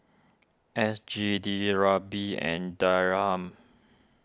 S G D and Dirham